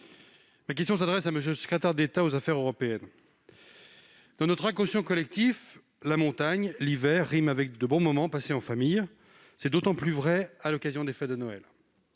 Ma question s'adresse à M. le secrétaire d'État aux affaires européennes. Dans notre inconscient collectif, la montagne et l'hiver riment avec de bons moments passés en famille- c'est d'autant plus vrai à l'occasion des fêtes de Noël